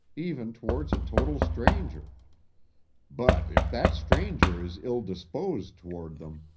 even towards a total stranger but if that stranger is ill disposed toward them,